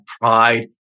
pride